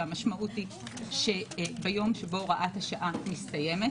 שהמשמעות היא שביום שבו הוראת השעה מסתיימת,